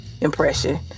impression